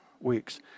weeks